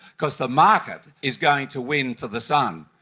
because the market is going to win for the sun.